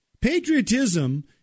Patriotism